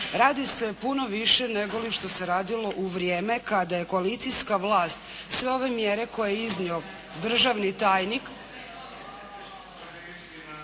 Radi se puno više nego li što se radilo u vrijeme kada je koalicijska vlast sve ove mjere koje je iznio državni tajnik